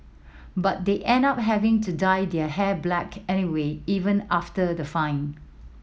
but they end up having to dye their hair black anyway even after the fine